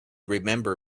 remember